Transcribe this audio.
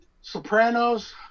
Sopranos